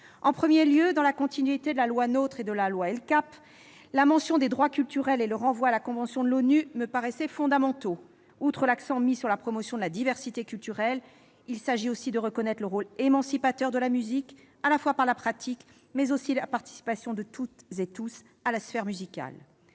En premier lieu, dans la continuité de la loi NOTRe et de la loi LCAP, la mention des droits culturels et le renvoi à la convention de l'ONU me paraissent fondamentaux. Outre l'accent mis sur la promotion de la diversité culturelle, il s'agit aussi de reconnaître le rôle émancipateur de la musique par la pratique et la participation de toutes et tous à la sphère musicale.